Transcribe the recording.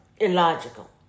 illogical